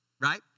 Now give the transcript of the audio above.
right